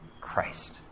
Christ